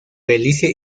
belice